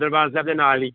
ਦਰਬਾਰ ਸਾਹਿਬ ਦੇ ਨਾਲ ਹੀ